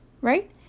right